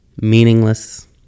meaningless